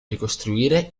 ricostruire